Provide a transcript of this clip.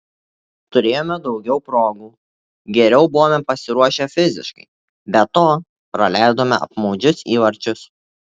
turėjome daugiau progų geriau buvome pasiruošę fiziškai be to praleidome apmaudžius įvarčius